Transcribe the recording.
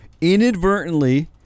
inadvertently